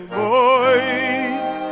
boys